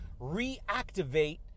reactivate